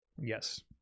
yes